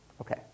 Okay